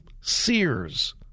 Sears